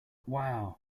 wow